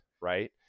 right